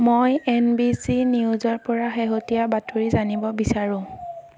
মই N B C নিউজৰ পৰা শেহতীয়া বাতৰি জানিব বিচাৰোঁ